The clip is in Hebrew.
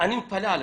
אני מתפלא עליך.